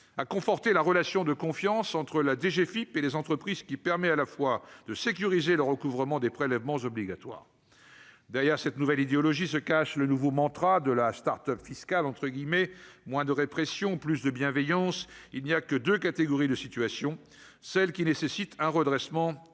à conforter la relation de confiance entre la DGFIP et les entreprises qui permet à la fois de sécuriser le recouvrement des prélèvements obligatoires, derrière cette nouvelle idéologie se cache le nouveau mantra de la Start-Up fiscal